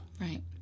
Right